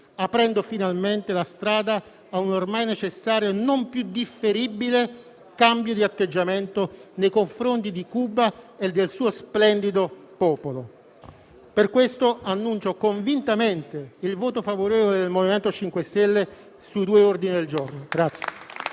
aprendo finalmente la strada a un ormai necessario e non più differibile cambio di atteggiamento nei confronti di Cuba e del suo splendido popolo. Per questi motivi, annuncio convintamente il voto favorevole del MoVimento 5 Stelle sui due ordini del giorno.